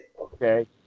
okay